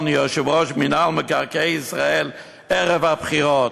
ליושב-ראש מינהל מקרקעי ישראל ערב הבחירות.